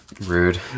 Rude